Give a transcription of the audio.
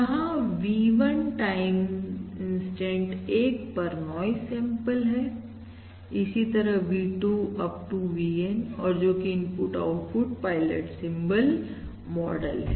जहां V1 time instant 1 पर noise sample है इसी तरह V2upto VN और जो कि input output pilot symbol model है